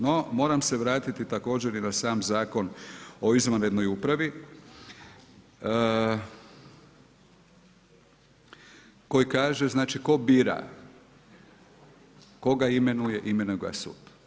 No, moram se vratiti također i na sam Zakon o izvanrednoj upravi koji kaže znači tko bira, koga imenuje, imenuje ga sud.